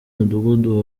umudugudu